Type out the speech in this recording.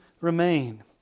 remain